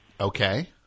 Okay